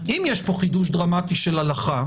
אם יש פה חידוש דרמטי של הלכה,